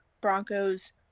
Broncos